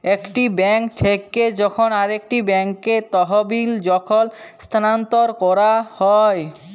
একটি বেঙ্ক থেক্যে যখন আরেকটি ব্যাঙ্কে তহবিল যখল স্থানান্তর ক্যরা হ্যয়